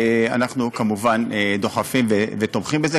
אנחנו כמובן דוחפים ותומכים בזה,